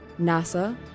NASA